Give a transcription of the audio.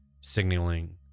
signaling